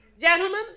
Gentlemen